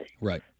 right